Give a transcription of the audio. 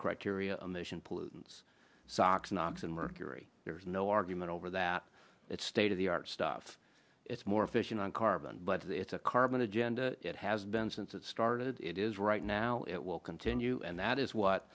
criteria pollutants socks knobs and mercury there's no argument over that it's state of the art stuff it's more efficient on carbon but it's a carbon agenda it has been since it started it is right now it will continue and that is what